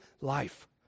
life